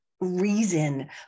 reason